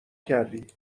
کردی